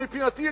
שמבחינתי,